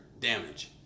damage